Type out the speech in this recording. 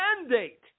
mandate